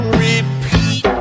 repeat